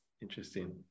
Interesting